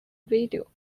video